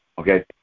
okay